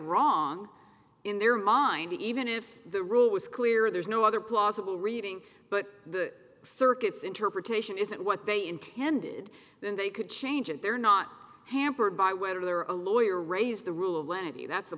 wrong in their mind even if the rule was clear there's no other plausible reading but the circuits interpretation isn't what they intended then they could change it they're not hampered by whether they are a lawyer raise the rule of lenity that's the